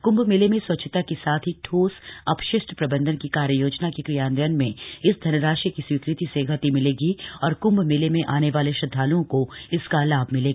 कृंभ मेले में स्वच्छता के साथ ही ठोस अपशिष्ट प्रबंधन की कार्य योजना के क्रियान्वयन में इस धनराशि की स्वीकृति से गति मिलेगी और क्म्भ मेले में आने वाले श्रद्वालुओं को इसका लाभ मिलेगा